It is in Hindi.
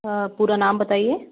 पूरा नाम बताइए